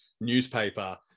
newspaper